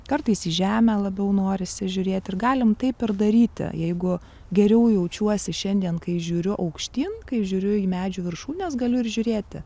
kartais į žemę labiau norisi žiūrėti ir galim taip ir daryti jeigu geriau jaučiuosi šiandien kai žiūriu aukštyn kai žiūriu į medžių viršūnes galiu ir žiūrėti